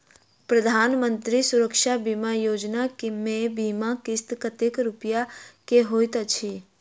प्रधानमंत्री सुरक्षा बीमा योजना मे बीमा किस्त कतेक रूपया केँ होइत अछि?